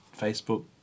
Facebook